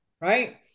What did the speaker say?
right